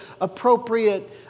appropriate